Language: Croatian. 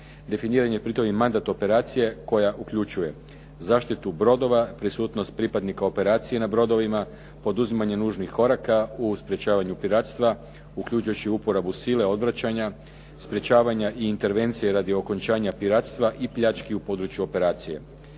Definiranje pri tom i mandat operacije koja uključuje zaštitu brodova, prisutnost pripadnika operacije na brodova, poduzimanje nužnih koraka u sprječavanju piratstva, uključujući uporabu sile odvraćanja, sprječavanja i intervencije radi okončanja piratstva i pljački u području operacije.